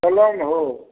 चलऽ ने हो